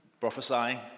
prophesying